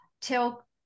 tell